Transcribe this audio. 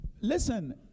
listen